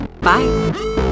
Bye